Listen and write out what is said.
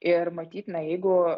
ir matyt na jeigu